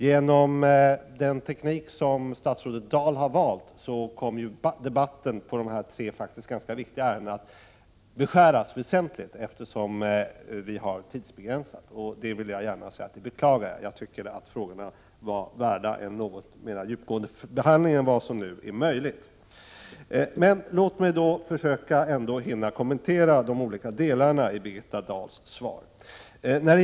Genom den teknik som statsrådet Dahl har valt kommer debatten om de här tre faktiskt ganska viktiga ärendena att beskäras väsentligt, eftersom vi har tidsbegränsning. Jag vill gärna säga att det beklagar jag. Jag tycker att frågorna är värda en något mera djupgående behandling än vad som nu är möjligt. Låt mig försöka att ändå hinna kommentera de olika delarna i Birgitta Dahls svar.